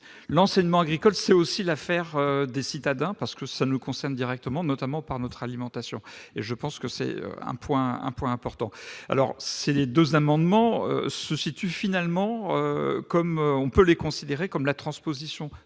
l'enseignement agricole, c'est aussi l'affaire des citadins, parce que ça ne nous concerne directement notamment par notre alimentation et je pense que c'est un point, un point important, alors si les 2 amendements se situe finalement comme on peut les considérer comme la transposition